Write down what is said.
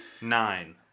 Nine